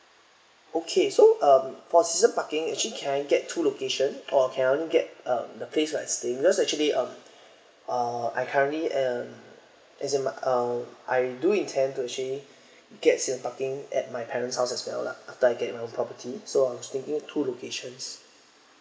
okay so uh for season parking actually can I get two location or can I get uh the place I'm staying there's actually uh uh I currently am as in um I do intend to actually get season parking at my parent's house as well lah I get my own property so I was thinking two locations